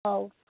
ହଉ